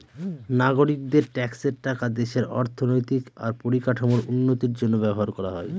নাগরিকদের ট্যাক্সের টাকা দেশের অর্থনৈতিক আর পরিকাঠামোর উন্নতির জন্য ব্যবহার করা হয়